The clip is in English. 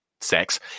sex